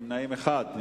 נמנע אחד.